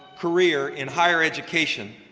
career in higher education,